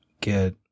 get